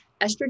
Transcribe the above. Estrogen